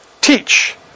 teach